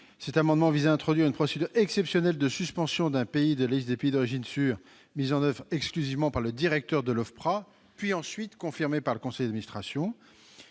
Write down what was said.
Cet amendement vise à introduire une procédure exceptionnelle de suspension d'un pays de la liste des pays d'origine sûrs, mise en oeuvre exclusivement par le directeur de l'OFPRA, puis confirmée par le conseil d'administration.